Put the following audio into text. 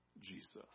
Jesus